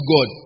God